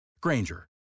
Granger